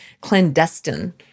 clandestine